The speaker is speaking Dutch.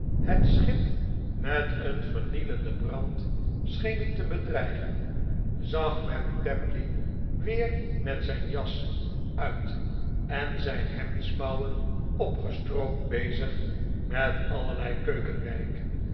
het schip met een vernielenden brand schenen te bedreigen zag men tapley weer met zijn jas uit en zijn hemdsmouwen opgestroopt bezig met allerlei keukenwerk